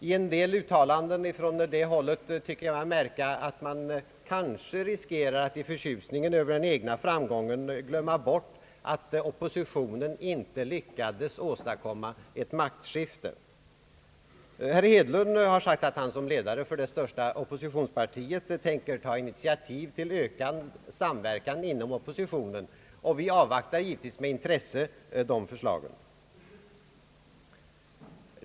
I en del uttalanden från det hållet tycker jag mig märka, att man kanske riskerar att i förtjusningen över den egna framgången glömma bort att oppositionen inte lyckades åstadkomma ett maktskifte. Herr Hedlund har sagt, att han som ledare för det största oppositionspartiet tänker ta initiativ till ökad samverkan inom oppositionen, och vi avvaktar givetvis med intresse dessa förslag.